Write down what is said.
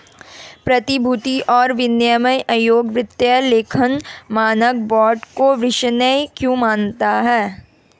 प्रतिभूति और विनिमय आयोग वित्तीय लेखांकन मानक बोर्ड को विश्वसनीय क्यों मानता है?